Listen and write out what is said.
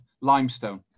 limestone